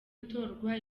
itorwa